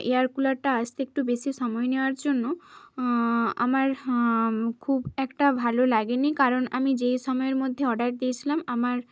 air কুলারটা আসতে একটু বেশি সময় নেওয়ার জন্য আমার খুব একটা ভালো লাগেনি কারণ আমি যেই সময়ের মধ্যে অর্ডার দিয়েছিলাম আমার